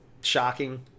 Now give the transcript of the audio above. shocking